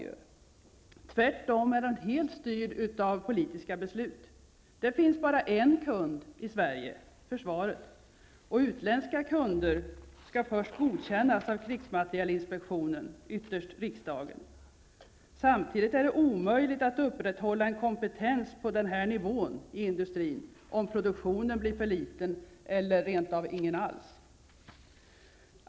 Den är tvärtom helt styrd av politiska beslut. Det finns bara en kund i Sverige, nämligen försvaret. Och utländska kunder skall först godkännas av krigsmaterielinspektionen, ytterst riksdagen. Samtidigt är det omöjligt att upprätthålla en kompetens på den nödvändiga nivån i industrin om produktionen blir för liten eller rent av ingen alls.